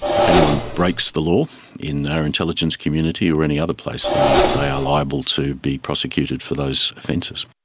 if anyone breaks the law in our intelligence community or any other place, then they are liable to be prosecuted for those offences.